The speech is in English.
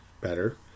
better